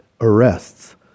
arrests